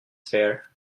fair